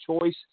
choice